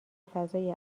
فضای